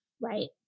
Right